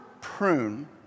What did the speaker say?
prune